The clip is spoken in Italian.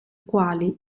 quali